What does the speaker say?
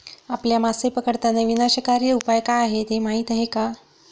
आपल्या मासे पकडताना विनाशकारी उपाय काय आहेत हे माहीत आहे का?